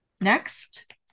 Next